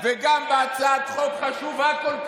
חוק חשובה כל כך,